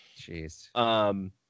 Jeez